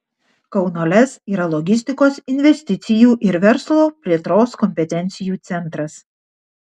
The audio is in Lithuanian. kauno lez yra logistikos investicijų ir verslo plėtros kompetencijų centras